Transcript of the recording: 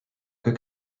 que